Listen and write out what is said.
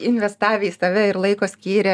investavę į save ir laiko skyrę